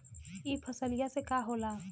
ई फसलिया से का होला?